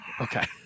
Okay